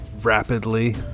rapidly